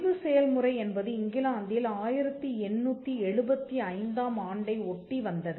பதிவு செயல்முறை என்பது இங்கிலாந்தில் 1875 ஆம் ஆண்டை ஒட்டி வந்தது